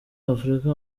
afrika